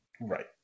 Right